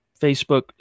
Facebook